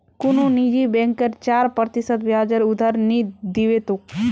कुनु निजी बैंक चार प्रतिशत ब्याजेर उधार नि दीबे तोक